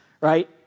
right